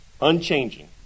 Unchanging